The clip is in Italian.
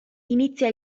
inizia